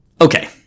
okay